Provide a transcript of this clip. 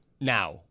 now